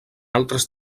altres